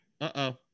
Uh-oh